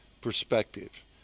perspective